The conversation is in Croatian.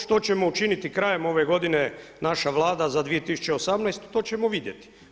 Što ćemo učiniti krajem ove godine naša Vlada za 2018. to ćemo vidjeti.